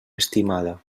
estimada